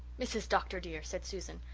mrs. dr. dear, said susan.